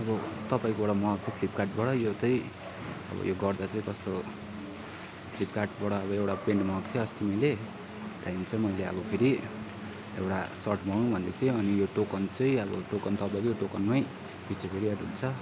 अब तपाईँकोबाट मगाएको फ्लिपकार्टबाट यो चाहिँ अब यो गर्दा चाहिँ कस्तो फ्लिपकार्टबाट अब एउटा प्यान्ट मगाएको थिएँ अस्ति मैले त्यहाँदेखि चाहिँ मैले अब फेरि एउटा सर्ट मगाउँ भनेको थिएँ अनि यो टोकन चाहिँ अब टोकन त अब यो टोकनमै पछि फेरि एड हुन्छ